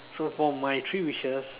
so for my three wishes